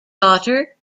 daughter